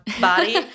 body